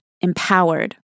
empowered